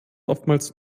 oftmals